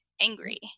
Angry